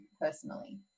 personally